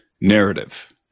narrative